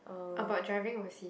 about driving oversea